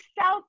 South